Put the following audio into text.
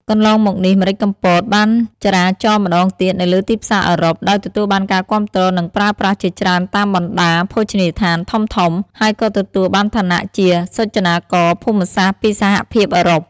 កន្លងមកនេះ ម្រេចកំពត បានចរាចរម្តងទៀតនៅលើទីផ្សារអឺរ៉ុប ដោយទទួលបានការគាំទ្រ និងប្រើប្រាស់ជាច្រើនតាមបណ្តាភោជនីយដ្ឋានធំៗ ហើយក៏ទទួលបានឋានៈជាសុចនាករភូមិសាស្រ្តពីសហភាពអឺរ៉ុប។